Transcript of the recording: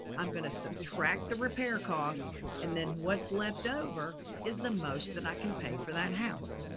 i'm going to subtract the repair costs and then what's left over is the most that i can pay for that house.